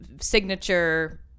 signature